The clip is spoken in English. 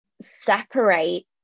separate